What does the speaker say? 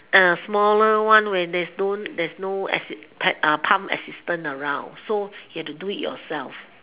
err smaller one where there's there's no pump assistant around so you have to do it yourself